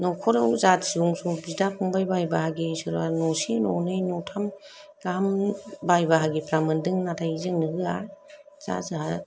न'खरआव जाथि बंस' बिदा फंबाय भाइ बाहागि सोरबा न'से न'नै न'थाम गाहाम भाइ बाहागोफ्रा मोनदों नाथाय जोंनो होआ जा जोहा